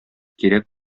кирәк